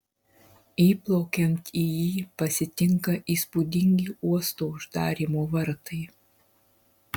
įplaukiant į jį pasitinka įspūdingi uosto uždarymo vartai